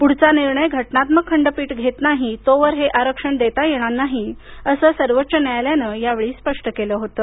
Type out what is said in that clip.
पुढचा निर्णय घटनात्मक खंडपीठ घेत नाही तोवर हे आरक्षण देता येणार नाही असं सर्वोच्च न्यायालयानं त्यावेळी स्पष्ट केलं होतं